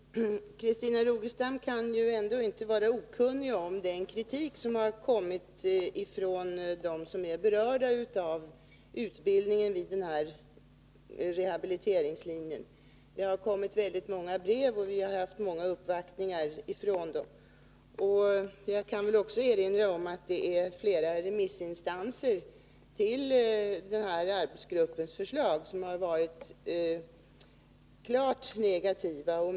Herr talman! Christina Rogestam kan ändå inte vara okunnig om den kritik som har kommit från dem som är berörda av utbildningen vid rehabiliteringslinjen. Det har kommit många brev, och vi har haft många uppvaktningar från dem. Jag kan också erinra om att flera av de remissinstanser som har yttrat sig över arbetsgruppens förslag har varit klart negativa.